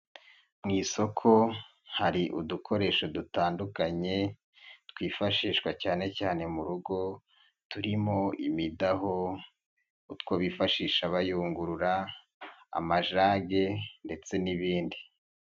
Mu isoko hari udukoresho dutandukanye twifashishwa cyane cyane mu rugo turimo: imidaho, utwo bifashisha bayungurura, amajage ndetse n'ibindi.